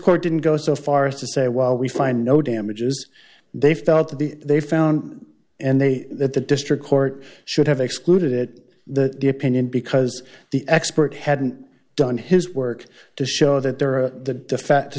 court didn't go so far as to say while we find no damages they felt that the they found and they that the district court should have excluded it that the opinion because the expert hadn't done his work to show that there are the defect to